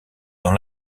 dans